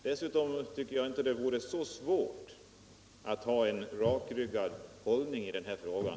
Dessutom tycker jag inte att det skulle vara så svårt att ha en rakryggad hållning i den här frågan.